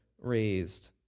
raised